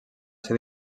ser